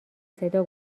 صدا